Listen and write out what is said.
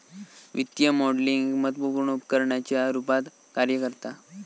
वित्तीय मॉडलिंग एक महत्त्वपुर्ण उपकरणाच्या रुपात कार्य करता